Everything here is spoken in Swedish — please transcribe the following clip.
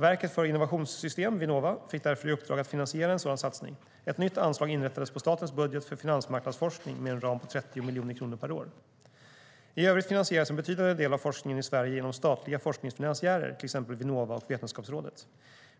Verket för innovationssystem, Vinnova, fick därför i uppdrag att finansiera en sådan satsning. Ett nytt anslag inrättades i statens budget för finansmarknadsforskning med en ram på 30 miljoner kronor per år.I övrigt finansieras en betydande del av forskningen i Sverige genom statliga forskningsfinansiärer, till exempel Vinnova och Vetenskapsrådet.